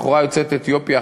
בחורה יוצאת אתיופיה,